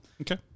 Okay